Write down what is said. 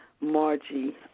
Margie